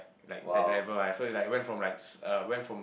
like that level lah so you like went from like uh went from